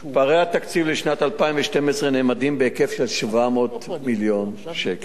פערי התקציב לשנת 2012 נאמדים בהיקף של 700 מיליון שקל.